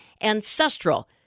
Ancestral